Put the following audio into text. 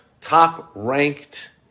top-ranked